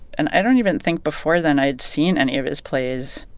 and i don't even think before then i'd seen any of his plays.